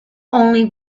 only